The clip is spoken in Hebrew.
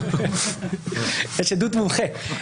יש עדות מומחה...